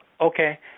Okay